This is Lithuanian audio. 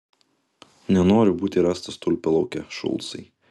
nenoriu būti rastas tulpių lauke šulcai